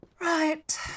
Right